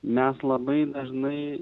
mes labai dažnai